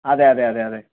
അതെ അതെ അതെ അതെ